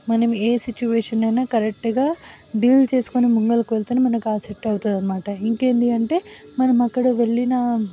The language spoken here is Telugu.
మనం ఏ సిచ్యువేషన్ని అయినా కరెక్ట్గా డీల్ చేసుకొని ముంగలికి వెళితేనే మనకి ఆ సెట్ అవుతుందన్నమాట ఇంకేంటి అంటే మనం అక్కడ వెళ్ళిన